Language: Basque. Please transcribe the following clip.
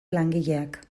langileak